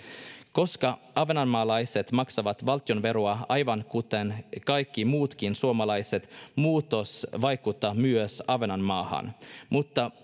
koska ahvenanmaalaiset maksavat valtionveroa aivan kuten kaikki muutkin suomalaiset muutos vaikuttaa myös ahvenanmaahan mutta